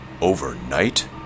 overnight